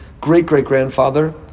great-great-grandfather